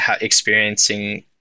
experiencing